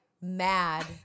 mad